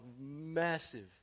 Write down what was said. massive